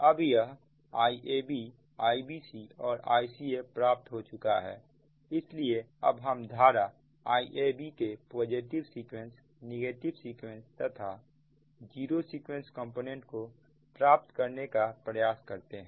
अब यह IabIbc और Ica प्राप्त हो चुका है इसलिए अब हम धारा Iabके पॉजिटिव सीक्वेंस नेगेटिव सीक्वेंस तथा जीरो सीक्वेंस कंपोनेंट को प्राप्त करने का प्रयास करते हैं